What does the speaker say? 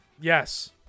Yes